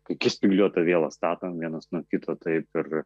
kai spygliuotą vielą statom vienas nuo kito taip ir